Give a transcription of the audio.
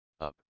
up